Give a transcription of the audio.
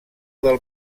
del